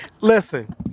Listen